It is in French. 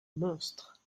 monstre